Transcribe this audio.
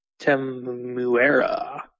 Temuera